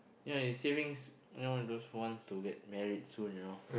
ya you savings you know those who wants to get married soon you know